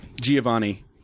Giovanni